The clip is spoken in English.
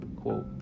quote